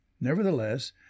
Nevertheless